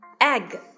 Egg